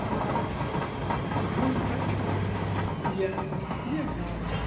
आ अखन तक इएह अछि जे गाछ